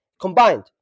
Combined